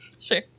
Sure